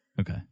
okay